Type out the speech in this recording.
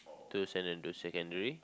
to Saint-Andrew's Secondary